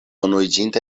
unuiĝinta